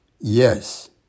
Yes